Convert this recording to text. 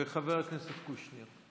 וחבר הכנסת קושניר.